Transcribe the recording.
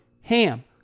HAM